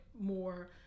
more